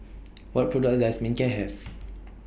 What products Does Manicare Have